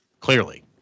clearly